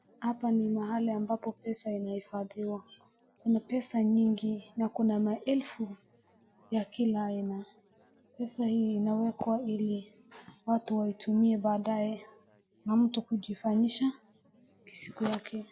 hapa ni mahali ambapo pesa inahifadhiwa kuna pesa nyingi na kuna maelfu ya kila aina pesa hii inawekwa ili watu waitumie baadaye na mtu kujifanyisha isikuwe yake